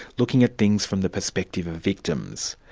looking at things from the perspective of victims.